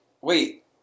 wait